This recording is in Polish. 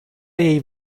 jej